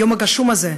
היום הגשום הזה,